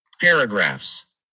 paragraphs